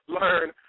learn